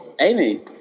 Amy